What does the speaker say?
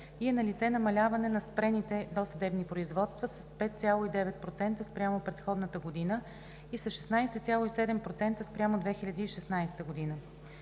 и е налице намаляване на спрените досъдебни производства с 5,9% спрямо предходната година и с 16,7% спрямо 2016 г.